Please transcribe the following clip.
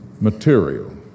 material